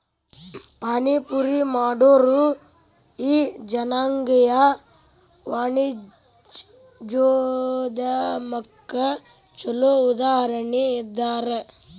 ಪಾನಿಪುರಿ ಮಾಡೊರು ಈ ಜನಾಂಗೇಯ ವಾಣಿಜ್ಯೊದ್ಯಮಕ್ಕ ಛೊಲೊ ಉದಾಹರಣಿ ಇದ್ದಾರ